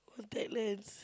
contact lens